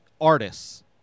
artists